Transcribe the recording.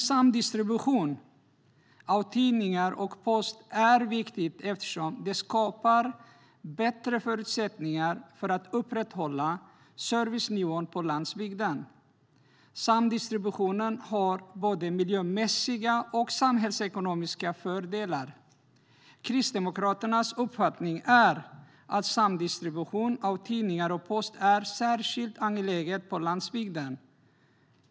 Samdistribution av tidningar och post är viktigt, eftersom det skapar bättre förutsättningar för att upprätthålla servicenivån på landsbygden. Samdistributionen har både miljömässiga och samhällsekonomiska fördelar. Kristdemokraternas uppfattning är att samdistribution av tidningar och post är särskilt angeläget på landsbygden.